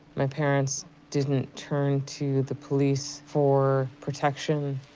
my parents didn't turn to the police for protection.